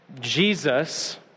Jesus